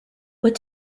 what